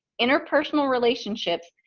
interpersonal relationships,